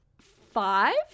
five